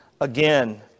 again